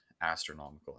astronomical